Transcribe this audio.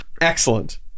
Excellent